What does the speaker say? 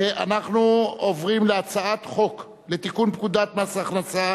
אנחנו עוברים להצעת חוק לתיקון פקודת מס הכנסה